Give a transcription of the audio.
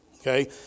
Okay